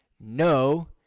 no